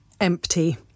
Empty